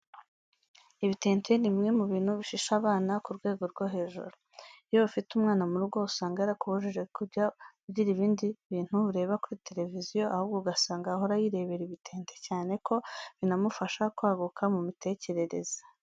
Ibitente ni bimwe mu bintu bishisha abana ku rwego rwo hejuru. Iyo ufite umwana mu rugo usanga yarakubujije kujya ugira ibindi bintu ureba kuri televiziyo, ahubwo ugasanga ahora yirebera ibitente cyane ko binamufasha kwaguka mu mitekerereze.